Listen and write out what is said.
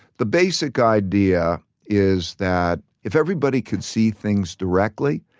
the basic idea is that if everybody could see things directly,